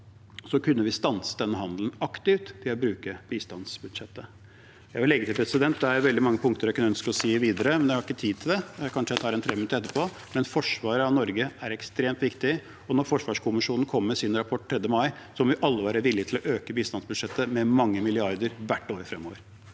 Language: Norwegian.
på, kunne vi stanset den handelen aktivt ved å bruke bistandsbudsjettet. Jeg vil legge til at det er veldig mange punkter jeg kunne ønske å si noe om videre, men det er ikke tid til det. Kanskje tar jeg en 3-minutter etterpå. Forsvaret av Norge er ekstremt viktig, og når forsvarskommisjonen kommer med sin rapport 3. mai, må vi alle være villige til å øke bistandsbudsjettet med mange milliarder hvert år fremover.